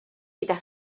gyda